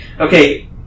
Okay